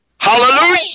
Hallelujah